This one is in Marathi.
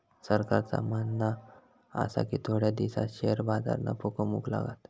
सरकारचा म्हणणा आसा की थोड्या दिसांत शेअर बाजार नफो कमवूक लागात